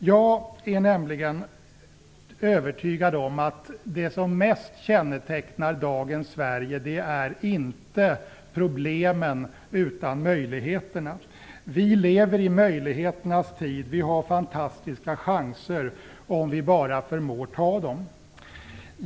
Jag är nämligen övertygad om att det som mest kännetecknar dagens Sverige är inte problemen utan möjligheterna. Vi lever i möjligheternas tid och vi har fantastiska chanser om vi bara förmår ta dem.